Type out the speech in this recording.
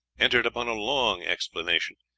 entered upon a long explanation,